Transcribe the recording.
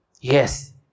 Yes